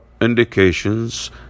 indications